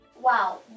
Wow